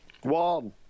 One